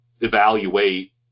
evaluate